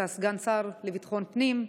אתה סגן שר לביטחון פנים,